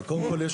אבל קודם כול,